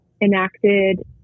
enacted